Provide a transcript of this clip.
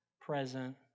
present